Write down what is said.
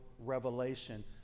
Revelation